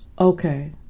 Okay